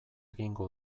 egingo